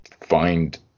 find